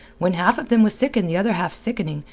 when half of them was sick and the other half sickening,